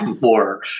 more